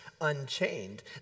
unchained